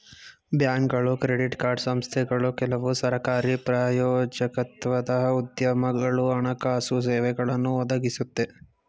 ಬ್ಯಾಂಕ್ಗಳು credit card ಸಂಸ್ಥೆಗಳು ಕೆಲವು ಸರಕಾರಿ ಪ್ರಾಯೋಜಕತ್ವದ ಉದ್ಯಮಗಳು ಹಣಕಾಸು ಸೇವೆಗಳನ್ನು ಒದಗಿಸುತ್ತೆ